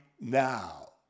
now